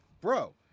bro